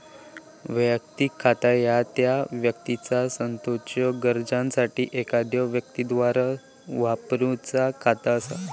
वैयक्तिक खाता ह्या त्या व्यक्तीचा सोताच्यो गरजांसाठी एखाद्यो व्यक्तीद्वारा वापरूचा खाता असा